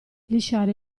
lisciare